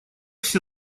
все